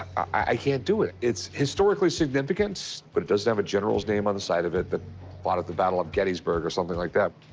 i can't do it. it's historically significant, so but it doesn't have a general's name on the side of it that fought at the battle of gettysburg or something like that.